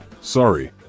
sorry